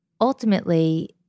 ultimately